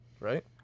right